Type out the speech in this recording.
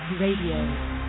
Radio